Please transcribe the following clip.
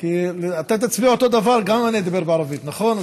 אתה תצביע אותו דבר גם אם אני אדבר בערבית, נכון?